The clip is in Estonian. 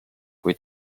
kui